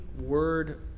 word